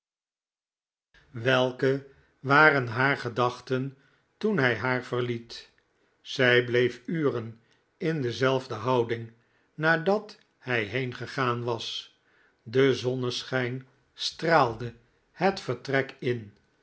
welke waren haar gedachten toen hij haar verliet zij bleef uren in dezelfde houding nadat hij heengegaan was de zonneschijn straalde het vertrek in